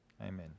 Amen